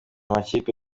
makipe